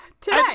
today